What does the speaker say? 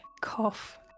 Cough